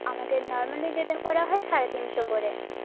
আমাদের নর্মালি যেটা করা হয় সাড়ে তিনশো করে